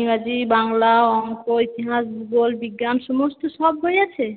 ইংরাজি বাংলা অঙ্ক ইতিহাস ভূগোল বিজ্ঞান সমস্ত সব বই আছে